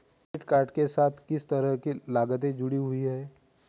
Debit card के साथ किस तरह की लागतें जुड़ी हुई हैं?